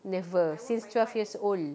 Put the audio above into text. never since twelve years old